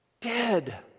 Dead